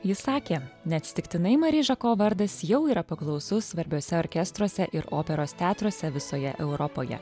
ji sakė neatsitiktinai mari žako vardas jau yra paklausus svarbiuose orkestruose ir operos teatruose visoje europoje